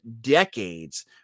decades